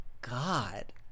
God